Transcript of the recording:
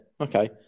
okay